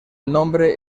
nombre